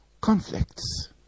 conflicts